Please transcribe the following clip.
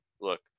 look